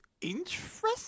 interesting